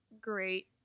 great